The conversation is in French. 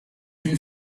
une